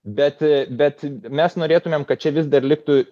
bet bet mes norėtumėm kad čia vis dar liktų